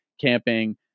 camping